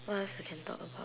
what else we can talk about